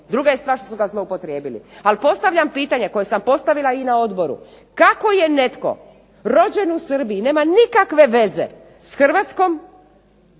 druga je stvar što su ga zloupotrijebili. Ali postavljam pitanje koje sam postavila na Odboru, kako je netko rođen u Srbiji, nema nikakve veze s Hrvatskom